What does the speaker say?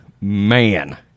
man